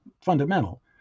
fundamental